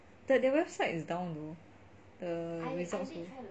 that their website is down though the results too